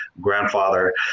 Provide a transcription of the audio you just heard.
grandfather